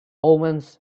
omens